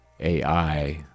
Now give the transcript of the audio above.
AI